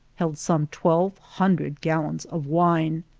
held some twelve hundred gallons of wine.